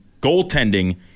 goaltending